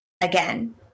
Again